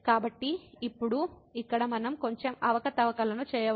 కాబట్టి ఇప్పుడు ఇక్కడ మనం కొంచెం అవకతవకలు చేయవచ్చు